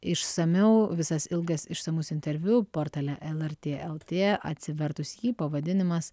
išsamiau visas ilgas išsamus interviu portale lrt lt atsivertus jį pavadinimas